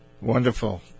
Wonderful